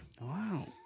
Wow